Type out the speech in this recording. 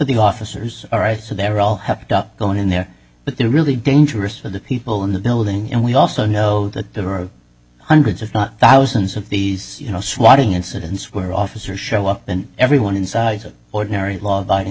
the officers all right so they're all happy going in there but they're really dangerous for the people in the building and we also know that there are hundreds if not thousands of these you know swatting incidents where officers show up and everyone inside an ordinary law abiding